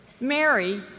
Mary